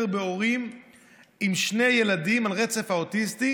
בהורים עם שני ילדים על הרצף האוטיסטי